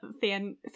fan